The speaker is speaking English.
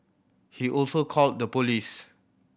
he also called the police